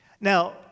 Now